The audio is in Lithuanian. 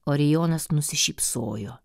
orijonas nusišypsojo